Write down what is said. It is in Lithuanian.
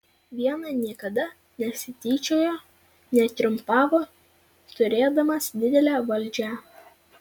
viena niekada nesityčiojo netriumfavo turėdamas didelę valdžią